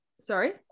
sorry